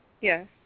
Yes